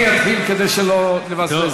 אדוני יתחיל כדי שלא נבזבז זמן.